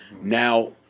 Now